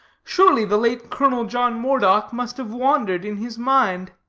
surely the late colonel john moredock must have wandered in his mind.